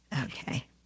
Okay